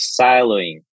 siloing